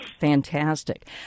Fantastic